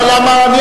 בבקשה, אדוני.